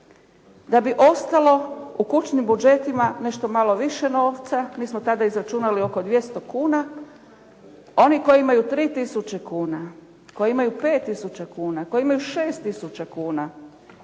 da bi ostalo u kućnim budžetima nešto malo više novca. Mi smo tada izračunali oko 200 kuna. Oni koji imaju 3 tisuće kuna, koji imaju 5 tisuća kuna, koji imaju 6 tisuća